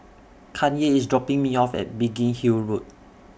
Kanye IS dropping Me off At Biggin Hill Road